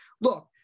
look